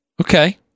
Okay